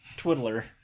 Twiddler